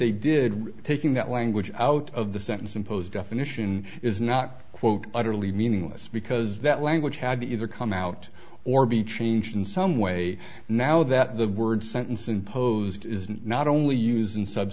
they did with taking that language out of the sentence imposed definition is not quote utterly meaningless because that language had either come out or be changed in some way now that the word sentence imposed is not only used in sub